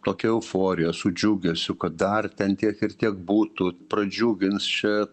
tokia euforija su džiugesiu kad dar ten tiek ir tiek būtų pradžiugins čia